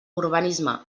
urbanisme